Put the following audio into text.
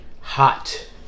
hot